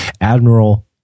admiral